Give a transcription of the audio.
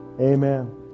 Amen